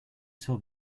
saw